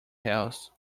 hills